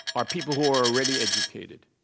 are people who are already educated.